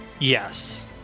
Yes